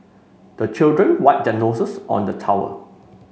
the children wipe their noses on the towel